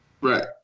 Right